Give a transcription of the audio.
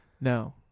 No